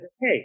hey